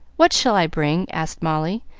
what shall i bring? asked molly,